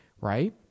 right